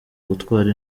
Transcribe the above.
gutwara